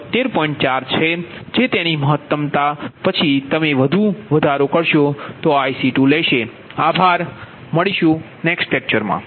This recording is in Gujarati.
4 છે જે તેની મહત્તમતા પછી તમે વધુ વધારો કરો IC2લેશે